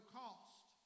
cost